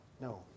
No